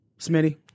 Smitty